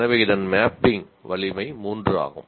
எனவே இதன் மேப்பிங் வலிமை 3 ஆகும்